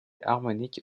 harmoniques